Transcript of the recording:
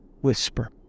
whisper